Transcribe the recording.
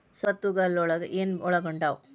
ಸ್ವತ್ತುಗಲೊಳಗ ಏನು ಒಳಗೊಂಡಾವ?